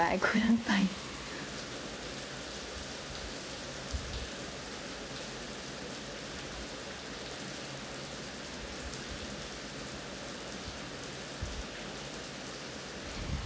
I couldn't find